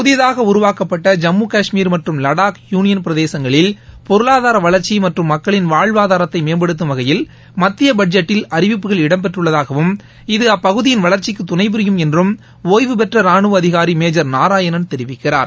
புதிதாக உருவாக்கப்பட்ட ஜம்மு காஷ்மீர் மற்றும் வடாக் யூனியன் பிரதேசங்களில் பொருளாதார வளர்ச்சி மற்றும் மக்களின் வாழ்வாதாரத்தை மேம்படுத்தும் வகையில் மத்திய பட்ஜெட்டில் அறிவிப்புகள் இடம்பெற்றுள்ளதாகவும் இது அப்பகுதியின் வளர்ச்சிக்கு துணை புரியும் என்றும் ஓய்வு பெற்ற ராணுவ அதிகாரி மேஜர் நாராயணன் தெரிவிக்கிறார்